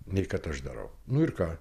nei kad aš darau nu ir ką